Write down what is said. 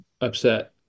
upset